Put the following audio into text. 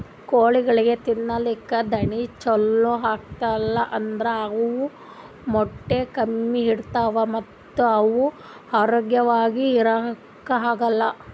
ಕೋಳಿಗೊಳಿಗ್ ತಿಲ್ಲಕ್ ದಾಣಿ ಛಲೋ ಹಾಕಿಲ್ ಅಂದ್ರ ಅವ್ ಮೊಟ್ಟೆ ಕಮ್ಮಿ ಇಡ್ತಾವ ಮತ್ತ್ ಅವ್ ಆರೋಗ್ಯವಾಗ್ ಇರಾಕ್ ಆಗಲ್